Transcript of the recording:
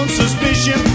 suspicion